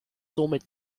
somit